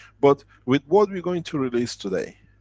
but with what we're going to release today,